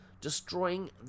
destroying